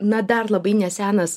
na dar labai nesenas